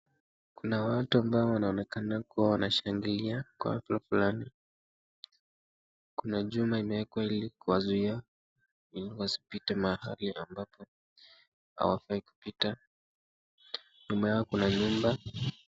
Kuna watu ambao wanaonekana kuwa wanashangilia kwa hafla fulani. Kuna juma imewekwa ili kuwazuia wasipite mahali ambapo hawafai kupita. Nyuma yao kuna nyumba.